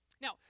Now